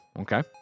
Okay